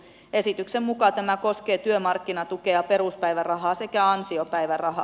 esityksen mukaan tämä koskee työmarkkinatukea peruspäivärahaa sekä ansiopäivärahaa